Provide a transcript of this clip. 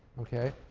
okay?